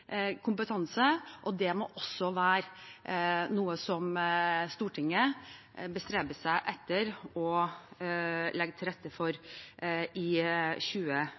kompetanse, og det må også være noe som Stortinget bestreber seg på å legge til rette for i